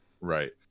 Right